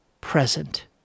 present